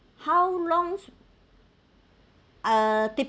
how long uh